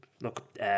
look